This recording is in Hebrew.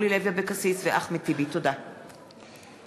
אורלי לוי אבקסיס ואחמד טיבי בנושא: